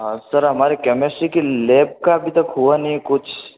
sir हमारी chemistry की lab का अभी तक हुआ नहीं कुछ